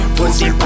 Pussy